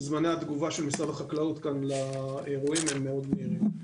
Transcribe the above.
זמני התגובה של משרד החקלאות לאירועים הם מאוד מהירים.